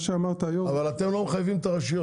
אבל אתם לא מחייבים את הרשויות.